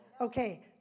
Okay